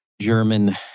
German